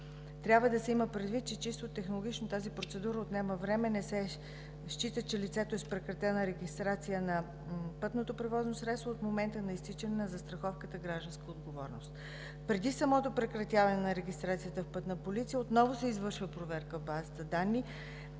Трябва да се има предвид, че чисто технологично тази процедура отнема време. Не се счита, че лицето е с прекратена регистрация на пътното превозно средство от момента на изтичане на застраховката „Гражданска отговорност”. Преди самото прекратяване на регистрацията от „Пътна полиция” отново се извършва проверка в базата данни